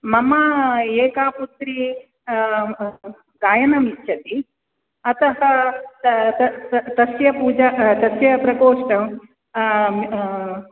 मम एका पुत्री गायनमिच्छति अतः त त तस्य पूजा तस्य प्रकोष्ठम्